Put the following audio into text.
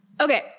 Okay